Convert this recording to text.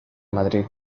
madrid